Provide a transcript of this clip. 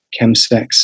chemsex